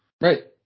Right